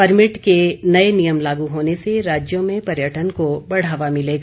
permit के नए नियम लागू होने से राज्यों में पर्यटन को बढ़ावा मिलेगा